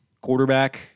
quarterback